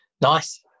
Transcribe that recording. nice